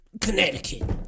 Connecticut